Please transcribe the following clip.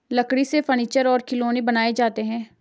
लकड़ी से फर्नीचर और खिलौनें बनाये जाते हैं